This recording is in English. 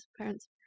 parents